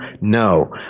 No